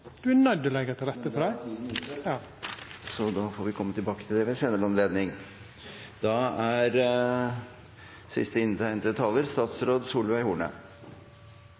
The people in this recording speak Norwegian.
er nøydde til å leggja til rette for det. Da er tiden ute, så vi får komme tilbake til det ved en senere anledning.